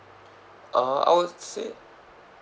ah I would say